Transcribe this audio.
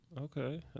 Okay